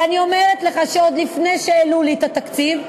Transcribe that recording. ואני אומרת לך שעוד לפני שהעלו לי את התקציב,